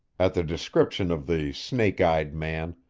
at the description of the snake-eyed man,